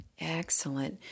Excellent